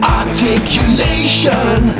articulation